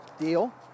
Deal